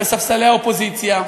בספסלי האופוזיציה.